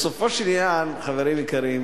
בסופו של עניין, חברים יקרים,